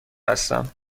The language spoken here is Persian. هستم